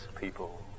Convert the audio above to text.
people